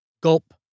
gulp